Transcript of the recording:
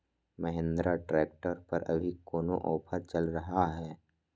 Mahindra tractor पर अभी कोन ऑफर चल रहा है?